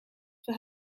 for